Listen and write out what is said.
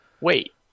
wait